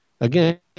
Again